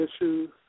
issues